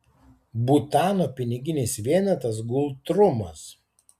butano piniginis vienetas ngultrumas